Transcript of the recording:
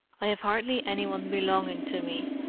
i have hardly any one belonging to me,